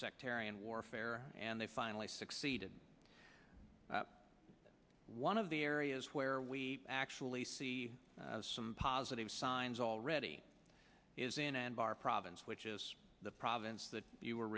sectarian warfare and they finally succeeded one of the areas where we actually see some positive signs already is in anbar province which is the province that you